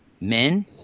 men